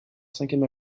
cinquième